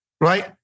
right